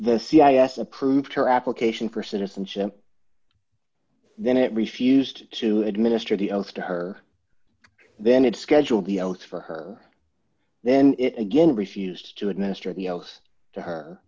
the c i s approved her application for citizenship then it refused to administer the oath to her then it scheduled the oath for her then it again refused to administer the oath to her